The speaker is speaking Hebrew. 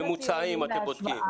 ממוצעים אתם בודקים.